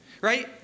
right